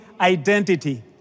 identity